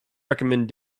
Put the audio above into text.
recommend